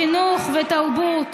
חינוך ותרבות,